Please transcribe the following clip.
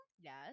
Yes